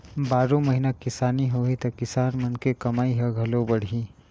बारो महिना किसानी होही त किसान मन के कमई ह घलो बड़ही